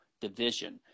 division